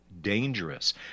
dangerous